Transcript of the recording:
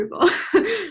approval